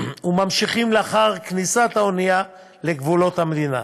וממשיכים לאחר כניסת האונייה לגבולות המדינה.